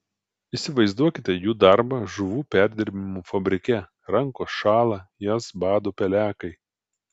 įsivaizduokite jų darbą žuvų perdirbimo fabrike rankos šąla jas bado pelekai